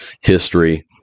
history